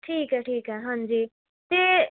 ਠੀਕ ਹੈ ਠੀਕ ਹੈ ਹਾਂਜੀ ਅਤੇ